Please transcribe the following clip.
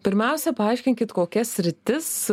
pirmiausia paaiškinkit kokias sritis